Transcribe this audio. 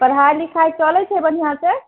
पढ़ाइ लिखाइ चलैत छै बढ़िआँ से